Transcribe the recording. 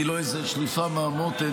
היא לא שליפה מהמותן,